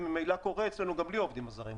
זה מילא קורה אצלנו גם בלי העובדים הזרים.